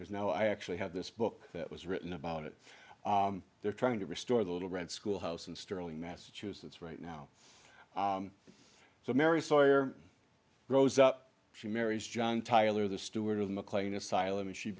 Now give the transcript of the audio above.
because now i actually have this book that was written about it they're trying to restore the little red schoolhouse in sterling massachusetts right now so mary sawyer grows up she marries john tyler the steward of mclean asylum and she